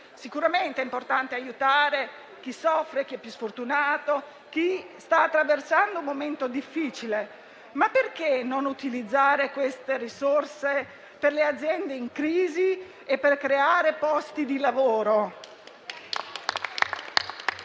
Sicuramente è importante aiutare chi soffre, chi è più sfortunato, chi sta attraversando un momento difficile, ma perché non utilizzare quelle risorse per le aziende in crisi e per creare posti di lavoro?